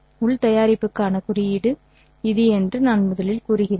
உள் தயாரிப்புக்கான குறியீடு இது என்று நான் முதலில் கூறுகிறேன்